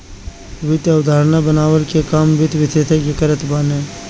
वित्तीय अवधारणा बनवला के काम वित्त विशेषज्ञ करत बाने